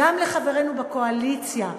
גם לחברינו בקואליציה,